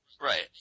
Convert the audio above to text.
Right